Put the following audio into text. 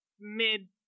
mid